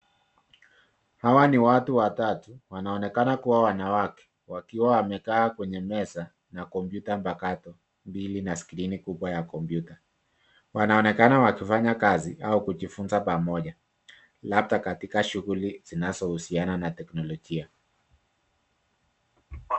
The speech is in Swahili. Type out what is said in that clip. Hawa ni watu watatu wanaonekana kuwa wanawake, wakiwa wamekaa kwenye meza na kompyuta mpakato mbili na skrini kubwa ya kompyuta. Wanaonekana wakifanya kazi au kujifunza pamoja, labda katika shuguli zinazohusiana na teknolojia.